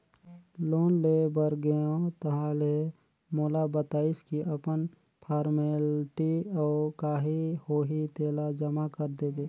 loan ले बर गेंव ताहले मोला बताइस की अपन फारमेलटी अउ काही होही तेला जमा कर देबे